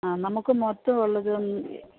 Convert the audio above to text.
ആ നമുക്ക് മൊത്തം ഉള്ളത് ഒന്ന്